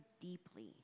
deeply